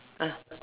ah